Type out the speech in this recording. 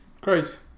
great